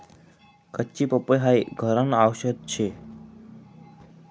कच्ची पपई हाई घरन आवषद शे